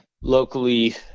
locally